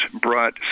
brought